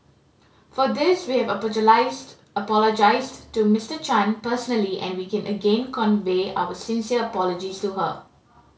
for this we have apologised to Mister Chan personally and we can again convey our sincere apologies to her